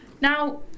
Now